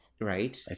right